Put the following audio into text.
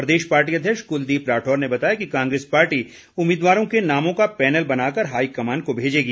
प्रदेश party अध्यक्ष कुलदीप राठौर ने बताया कि कांग्रेस पार्टी उम्मीदवारों के नामों का पैनल बनाकर हाईकमान को भेजेगी